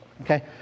Okay